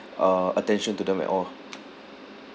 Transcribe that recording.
uh attention to them at all ah